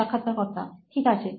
সাক্ষাৎকারকর্তা ঠিক আছে